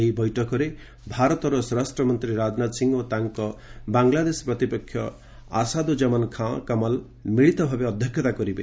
ଏହି ବୈଠକରେ ଭାରତର ସ୍ୱରାଷ୍ଟ୍ରମନ୍ତ୍ରୀ ରାଜନାଥ ସିଂ ଓ ତାଙ୍କ ବାଂଗଲାଦେଶ ପ୍ରତିପକ୍ଷ ଆସାଦୁ ଜମନ ଖାଁ କମଲ ମିଳିତଭାବେ ଅଧ୍ୟକ୍ଷତା କରିବେ